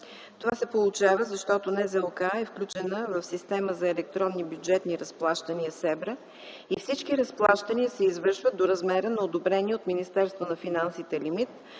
Това се получава, защото НЗОК е включена в система за електронни бюджетни разплащания СЕБРА и всички разплащания се извършват до размера на одобрения от